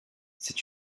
c’est